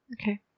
Okay